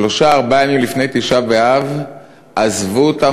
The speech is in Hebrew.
שלושה-ארבעה ימים לפני תשעה באב עזבו אותם